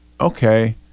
okay